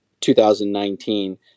2019